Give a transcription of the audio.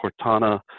Cortana